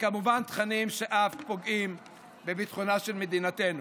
וכמובן תכנים שאף פוגעים בביטחונה של מדינתנו.